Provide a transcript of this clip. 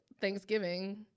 Thanksgiving